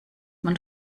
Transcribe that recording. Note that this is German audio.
man